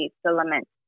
filament